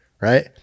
Right